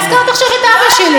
בואי, אסביר לך מה קרה.